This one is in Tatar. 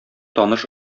таныш